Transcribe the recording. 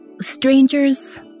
Strangers